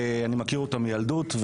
אני מכיר אותה מילדות,